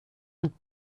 und